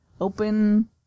open